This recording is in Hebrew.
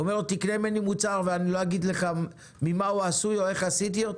אומר לו: תקנה ממני מוצר אבל אני לא אגיד לך ממה הוא עשוי או איך עשיתי,